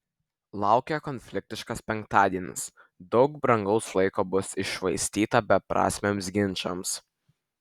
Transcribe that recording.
laukia konfliktiškas penktadienis daug brangaus laiko bus iššvaistyta beprasmiams ginčams